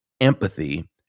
empathy